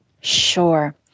Sure